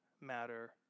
matter